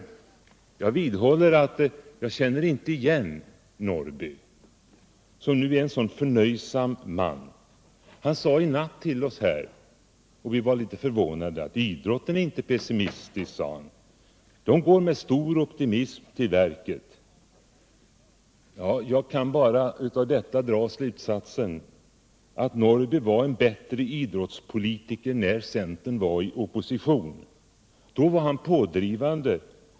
Jag vidhåller att jag inte känner igen Karl-Eric Norrby i dag. Han är nu en mycket förnöjsam man. Han sade — och vi blev litet förvånade — att idrotten inte är pessimistisk; idrottens företrädare går med stor optimism till verket. Jag kan av det bara dra den slutsatsen att Karl-Eric Norrby var en bättre idrottspolitiker när centern var i opposition. Då var han pådrivande.